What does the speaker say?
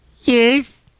Yes